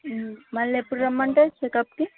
మళ్ళీ ఎప్పుడు రమ్మంటారు చెకప్కి